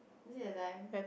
is it that time